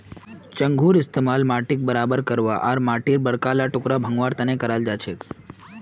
चंघूर इस्तमाल माटीक बराबर करवा आर माटीर बड़का ला टुकड़ा भंगवार तने कराल जाछेक